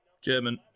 German